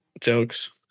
jokes